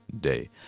day